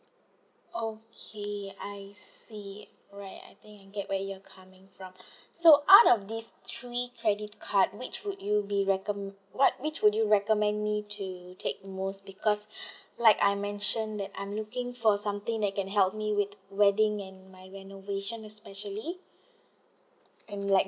okay I see alright I think I get where you're coming from so out of these three credit card which would you be recomm~ what which would you recommend me to take most because like I mentioned that I'm looking for something that can help me with wedding and my renovation especially and like